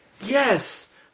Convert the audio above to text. Yes